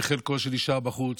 שבחלקו נשאר בחוץ,